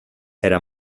era